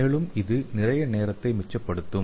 மேலும் இது நிறைய நேரத்தை மிச்சப்படுத்தும்